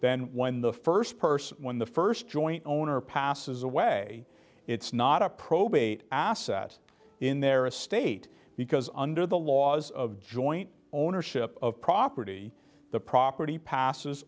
then when the first person when the first joint owner passes away it's not a probate asset in their estate because under the laws of joint ownership of property the property passes